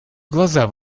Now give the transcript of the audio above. глаза